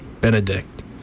Benedict